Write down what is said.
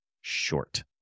short